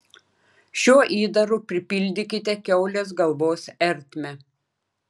šiuo įdaru pripildykite kiaulės galvos ertmę